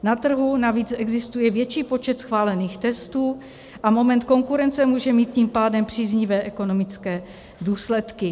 Na trhu navíc existuje větší počet schválených testů a moment konkurence může mít tím pádem příznivé ekonomické důsledky.